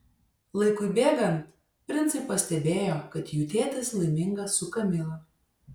laikui bėgant princai pastebėjo kad jų tėtis laimingas su kamila